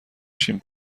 شیم